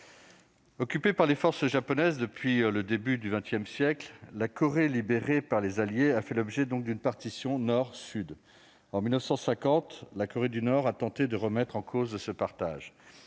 Occupée par les forces japonaises depuis le début du XX siècle, la Corée, libérée par les Alliés, a fait l'objet d'une partition Nord-Sud. En 1950, la Corée du Nord a tenté de remettre en cause ce partage